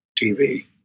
TV